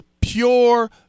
pure